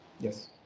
Yes